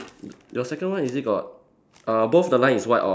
your second one is it got uh both the line is white or